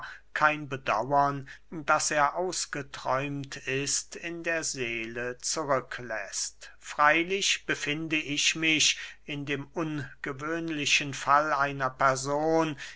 kein bedauern daß er ausgeträumt ist in der seele zurückläßt freylich befinde ich mich in dem ungewöhnlichen fall einer person